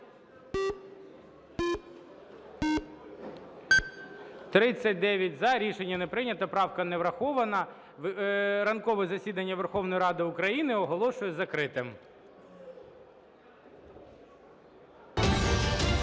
Рішення не прийнято. Правка не врахована. Ранкове засідання Верховної Ради України оголошую закритим.